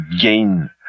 gain